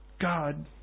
God